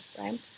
right